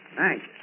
Thanks